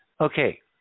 okay